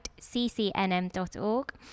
ccnm.org